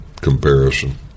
comparison